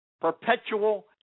perpetual